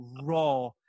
raw